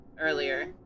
earlier